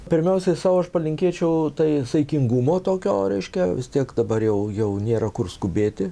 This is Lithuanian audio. pirmiausiai sau aš palinkėčiau tai saikingumo tokio reiškia vis tiek dabar jau jau nėra kur skubėti